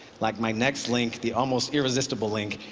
like my next link, the almost irresistible link,